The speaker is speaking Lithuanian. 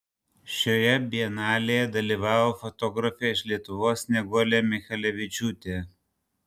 šioje bienalėje dalyvavo fotografė iš lietuvos snieguolė michelevičiūtė